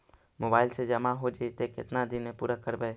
Mobile से जामा हो जैतय, केतना दिन में पुरा करबैय?